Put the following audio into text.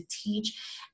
teach